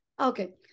Okay